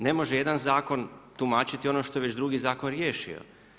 Ne može jedan zakon tumačiti ono što je već drugi zakon riješio.